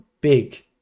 big